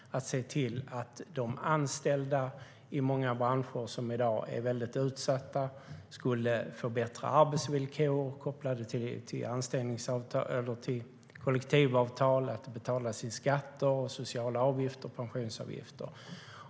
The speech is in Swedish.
Anställda i många utsatta branscher skulle få bättre arbetsvillkor kopplade till kollektivavtal. Det skulle också betalas in skatter, sociala avgifter och pensionsavgifter.